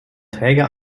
träger